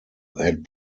had